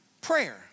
prayer